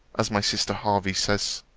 as my sister hervey says.